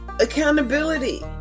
Accountability